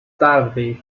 tarde